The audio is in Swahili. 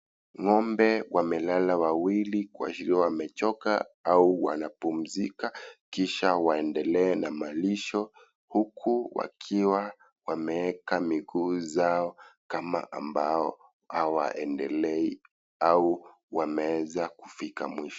Ng'ombe wamelala wawili, wakiwa wamechoka au wanapumzika, kisha waendelee na malisho; huku wakiwa wameeka miguu zao, ni kama ambao hawaendelei au wameweza kufika mwisho.